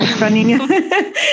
running